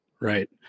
Right